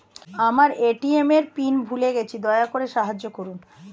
আমার এ.টি.এম এর পিন ভুলে গেছি, দয়া করে সাহায্য করুন